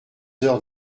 heures